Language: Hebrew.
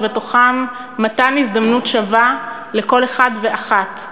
ובתוכם מתן הזדמנות שווה לכל אחד ואחת,